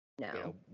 No